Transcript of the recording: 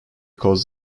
causes